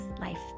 life